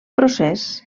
procés